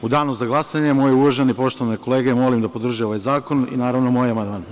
U danu za glasanje, moje uvažene i poštovane kolege molim da podrže ovaj zakon i naravno moj amandman.